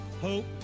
Hope